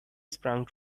sprang